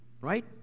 right